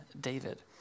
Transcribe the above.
David